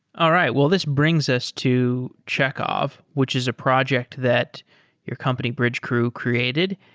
all right. well, this brings us to chekhov, which is a project that your company, bridgecrew created.